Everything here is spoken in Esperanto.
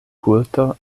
kulto